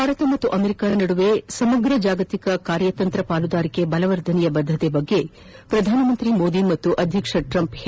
ಭಾರತ ಮತ್ತು ಅಮೆರಿಕ ನಡುವೆ ಸಮಗ್ರ ಜಾಗತಿಕ ಕಾರ್ಯತಂತ್ರ ಪಾಲುದಾರಿಕೆ ಬಲವರ್ಧನೆಯ ಬದ್ಗೆ ಬಗ್ಗೆ ಪ್ರಧಾನಮಂತ್ರಿ ಮೋದಿ ಮತ್ತು ಅಧ್ಯಕ್ಷ ಟ್ರಂಪ್ ಹೇಳಿಕೆ